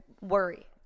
worry